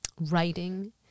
writing